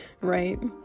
right